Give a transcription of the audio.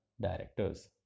directors